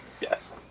Yes